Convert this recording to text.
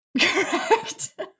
Correct